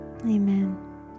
Amen